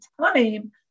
time